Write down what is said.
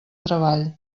treball